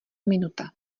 minuta